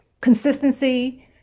consistency